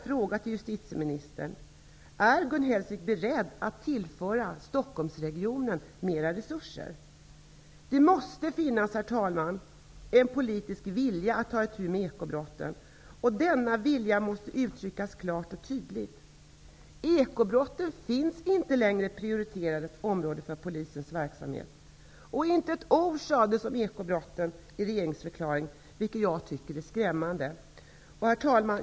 Är Gun Hellsvik beredd att tillföra Stockholmsregionen mera resurser? Det måste finnas, herr talman, en politisk vilja att ta itu med ekobrotten. Denna vilja måste uttryckas klart och tydligt. Ekobrotten är inte längre ett prioriterat område inom polisens verksamhet. Inte ett ord sades om ekobrotten i regeringsförklaringen, vilket jag tycker är skrämmande. Herr talman!